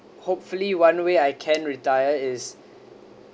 hopefully one way I can retire is